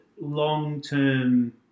long-term